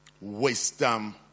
wisdom